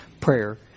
prayer